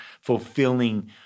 fulfilling